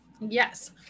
Yes